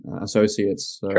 Associates